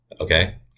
Okay